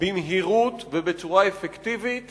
במהירות ובצורה אפקטיבית